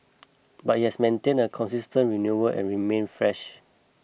but it has maintained a consistent renewal and remained fresh